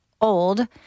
old